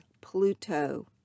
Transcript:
Pluto